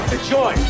Enjoy